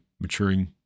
maturing